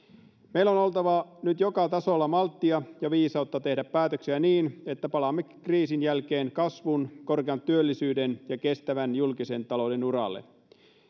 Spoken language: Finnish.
meillä on oltava nyt joka tasolla malttia ja viisautta tehdä päätöksiä niin että palaamme kriisin jälkeen kasvun korkean työllisyyden ja kestävän julkisen talouden uralle